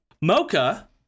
Mocha